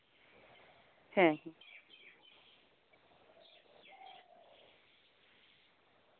ᱦᱮᱸ